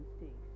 mistakes